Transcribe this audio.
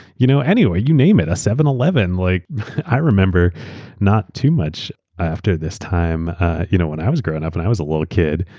you know you name it. a seven eleven. like i remember not too much after this time you know when i was growing up, when i was a little kid,